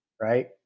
right